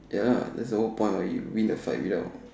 ya that's whole point what you win the fight without